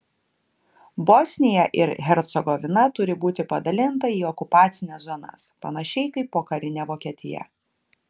bosnija ir hercegovina turi būti padalinta į okupacines zonas panašiai kaip pokarinė vokietija